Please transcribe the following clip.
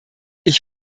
ich